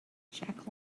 jack